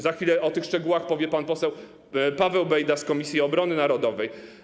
Za chwilę o tych szczegółach powie pan poseł Paweł Bejda z Komisji Obrony Narodowej.